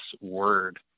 word